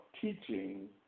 teaching